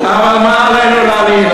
אבל מה לנו להלין,